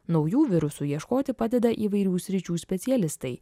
naujų virusų ieškoti padeda įvairių sričių specialistai